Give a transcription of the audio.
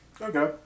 Okay